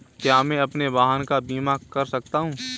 क्या मैं अपने वाहन का बीमा कर सकता हूँ?